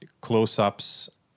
close-ups